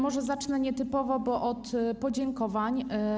Może zacznę nietypowo, bo od podziękowań.